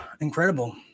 Incredible